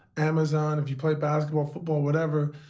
amazon, if you play basketball, football whatever,